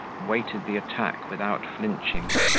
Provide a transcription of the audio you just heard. waited the attack without flinching.